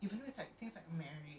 comments lah